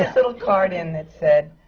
ah little card in that said,